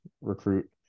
recruit